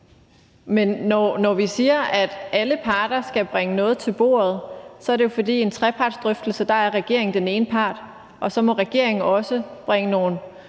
Men når vi siger, at alle parter skal bringe noget til bordet, er det jo, fordi regeringen i en trepartsdrøftelse er den ene part, og så må regeringen også bringe noget